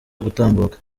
gutambuka